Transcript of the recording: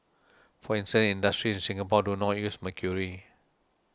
for instance industries in Singapore do not use mercury